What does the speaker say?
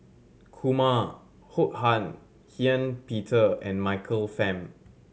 Kumar Ho Han Ean Peter and Michael Fam